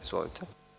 Izvolite.